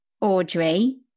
Audrey